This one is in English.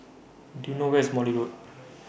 Do YOU know Where IS Morley Road